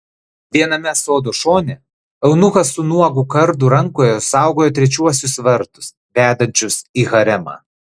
viename sodo šone eunuchas su nuogu kardu rankoje saugojo trečiuosius vartus vedančius į haremą